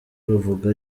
bavuga